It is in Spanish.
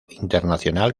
internacional